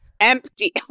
Empty